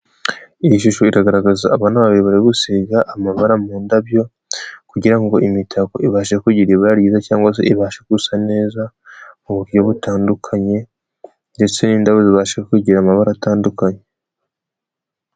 Iyi shusho iragaragaza abana babiri bari gusiga amabara mu ndabyo, kugira ngo imitako ibashe kugira ibara ryiza cyangwa se ibasha gusa neza mu buryo butandukanye ndetse n'indabyo zibashe kugira amabara atandukanye.